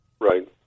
Right